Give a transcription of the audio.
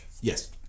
Yes